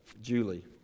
Julie